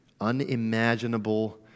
unimaginable